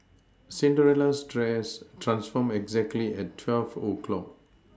Cinderella's dress transformed exactly at twelve o' clock